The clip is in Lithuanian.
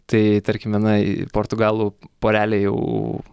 tai tarkime na į portugalų porelė jau